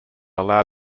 allowed